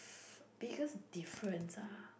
biggest difference ah